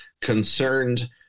concerned